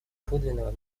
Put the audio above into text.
подлинного